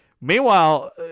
Meanwhile